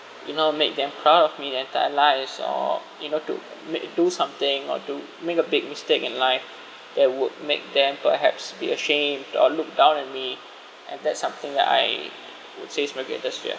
you know make them proud of me their entire lives so you know to make do something or to make a big mistake in life that would make them perhaps be ashamed or look down on me and that's something that I would say is my greatest fear